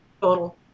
total